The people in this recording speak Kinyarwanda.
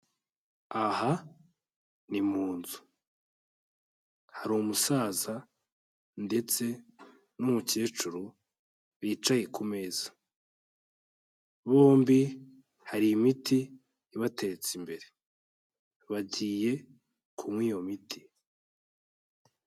Aha ni mu nzu. Hari umusaza ndetse n'umukecuru bicaye ku meza. Bombi hari imiti ibatetse imbere. Bagiye kunywa iyo miti.